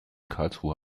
karlsruhe